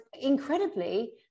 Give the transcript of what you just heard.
incredibly